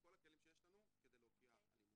בכל הכלים שיש לנו כדי להוקיע אלימות.